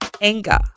anger